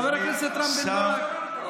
חבר הכנסת רם בן ברק,